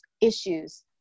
issues